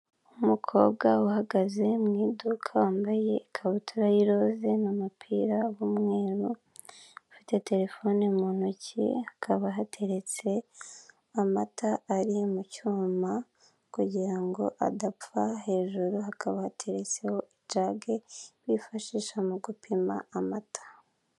Umukobwa uhagaze mu iduka, wambaye ikabutura y'irose n'umupira w'umweru, afite terefone mu ntoki hakaba hateretse amata ari mu cyuma kugira ngo adapfa, hejuru hakaba hateretseho ijage bifashisha mu gupima amata.